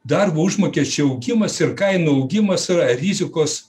darbo užmokesčio augimas ir kainų augimas yra rizikos